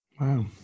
Wow